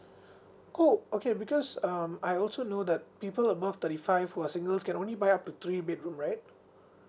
oh okay because um I also know that people above thirty five who are singles can only buy up to three bedroom right